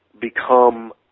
become